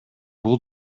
бул